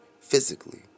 physically